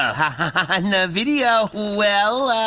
ah, and on the video. well,